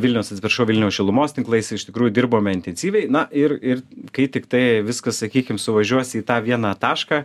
vilniaus atsiprašau vilniaus šilumos tinklais iš tikrųjų dirbome intensyviai na ir ir kai tiktai viskas sakykim suvažiuos į tą vieną tašką